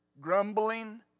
Grumbling